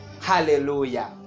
hallelujah